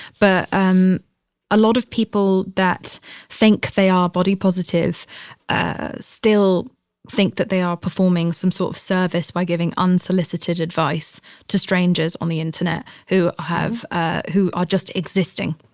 but um a lot of people that think they are body positive ah still think that they are performing some sort of service by giving unsolicited advice to strangers on the internet who have, ah who are just existing.